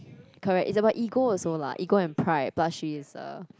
correct it's about ego also lah ego and pride but she is a